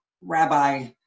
rabbi